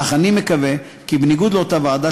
אך אני מקווה כי בניגוד לאותה ועדה,